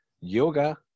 Yoga